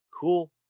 Cool